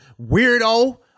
Weirdo